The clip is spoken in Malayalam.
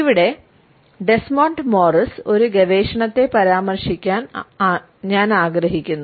ഇവിടെ ഡെസ്മണ്ട് മോറിസിന്റെ ഒരു ഗവേഷണത്തെ പരാമർശിക്കാൻ ഞാൻ ആഗ്രഹിക്കുന്നു